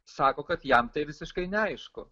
sako kad jam tai visiškai neaišku